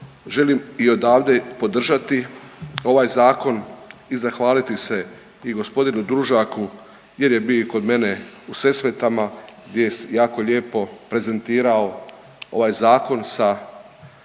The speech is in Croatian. želim i odavde podržati ovaj zakon i zahvaliti se i gospodinu Družaku jer je bio i kod mene u Sesvetama gdje je jako lijepo prezentirao ovaj zakon sa,